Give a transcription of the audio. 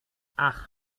ach